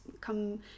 come